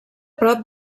prop